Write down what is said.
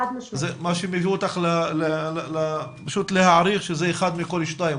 זה מה שמביא אותך להעריך שזה אחד מכל שניים,